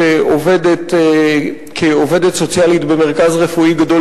שעובדת כעובדת סוציאלית במרכז רפואי גדול